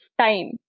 time